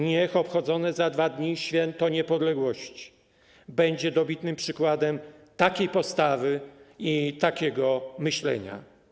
Niech obchodzone za 2 dni Święto Niepodległości będzie dobitnym przykładem takiej postawy i takiego myślenia.